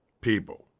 people